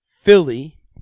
Philly